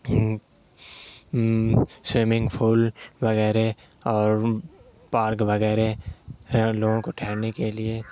swimming pool وغیرہ اور park وغیرہ اور لوگوں کو ٹھہرنے کے لیے